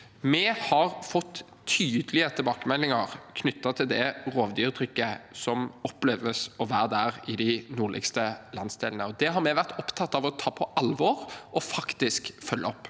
Vi har fått tydelige tilbakemeldinger knyttet til det rovdyrtrykket som oppleves å være der, i de nordligste landsdelene, og det har vi vært opptatt av å ta på alvor og faktisk følge opp.